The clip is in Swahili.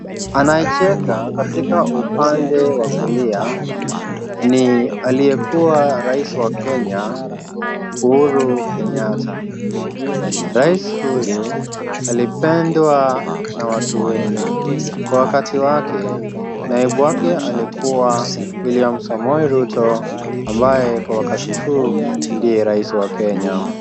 Anayecheka katika upande wa kulia ni aliyekuwa rais wa Kenya Uhuru Kenyatta. Rais huyu alipendwa na watu wengi. Kwa wakati wake naibu wake alikuwa William Samoei Ruto ambaye kwa wakati huu ndiye rais wa Kenya.